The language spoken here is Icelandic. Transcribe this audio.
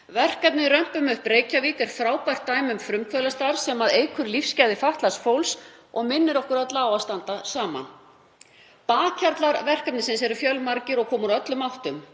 Verkefnið Römpum upp Reykjavík er frábært dæmi um frumkvöðlastarf sem eykur lífsgæði fatlaðs fólks og minnir okkur öll á að standa saman. Bakhjarlar verkefnisins eru fjölmargir og koma úr öllum áttum.